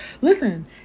listen